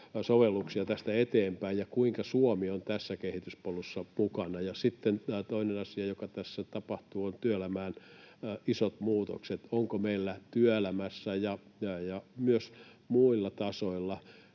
sovelluksia tästä eteenpäin ja kuinka Suomi on tässä kehityspolussa mukana. Sitten toinen asia, joka tässä tapahtuu, ovat isot muutokset työelämään. Onko meillä työelämässä ja myös muilla tasoilla